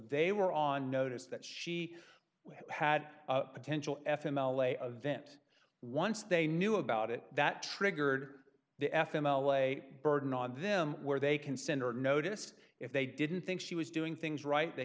they were on notice that she had potential f m l a a vent once they knew about it that triggered the f m away burden on them where they can send her notice if they didn't think she was doing things right they